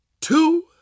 two